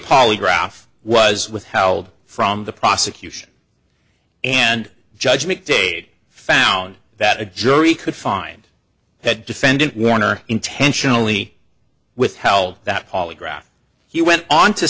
polygraph was withheld from the prosecution and judgment day found that a jury could find that defendant warner intentionally withheld that polygraph he went on to